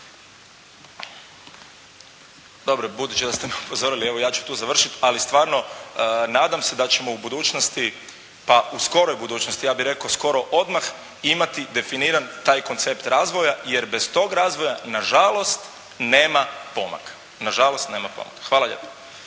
Dobro, budući da ste me upozorili, evo ja ću tu završiti, ali stvarno nadam se da ćemo u budućnosti pa u skoroj budućnosti ja bih rekao skoro odmah, imati definiran taj koncept razvoja jer bez tog razvoja na žalost nema pomaka. Na žalost nema pomaka. Hvala lijepo.